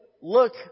look